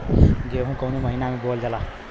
गेहूँ कवने महीना में बोवल जाला?